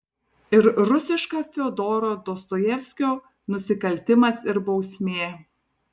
ir rusiška fiodoro dostojevskio nusikaltimas ir bausmė